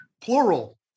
plural